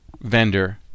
vendor